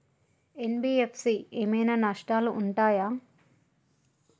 NBFC ఏమైనా నష్టాలు ఉంటయా?